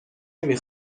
نمی